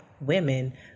women